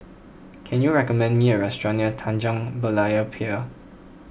can you recommend me a restaurant near Tanjong Berlayer Pier